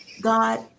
God